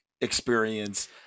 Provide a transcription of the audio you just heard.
experience